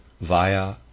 via